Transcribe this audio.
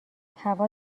هوا